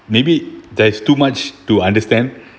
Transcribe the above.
maybe there's too much to understand